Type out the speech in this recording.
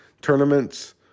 tournaments